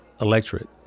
electorate